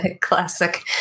classic